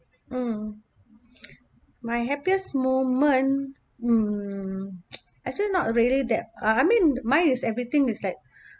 mm my happiest moment mm actually not really that I I mean my is everything is like